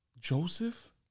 Joseph